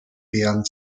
beeren